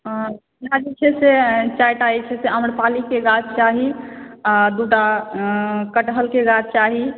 हमरा जे छै चारिटा आम्रपालीके गाछ चाही आ दूटा कठहरके गाछ चाही